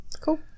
Cool